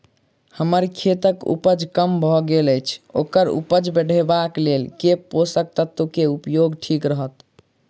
हम्मर खेतक उपज कम भऽ गेल अछि ओकर उपज बढ़ेबाक लेल केँ पोसक तत्व केँ उपयोग ठीक रहत?